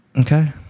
Okay